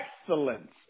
excellence